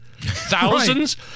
Thousands